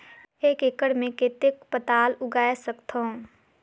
एक एकड़ मे कतेक पताल उगाय सकथव?